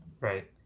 Right